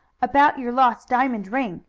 about your lost diamond ring,